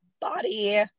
body